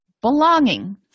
belonging